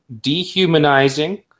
dehumanizing